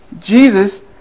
Jesus